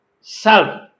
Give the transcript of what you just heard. self